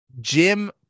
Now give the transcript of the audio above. Jim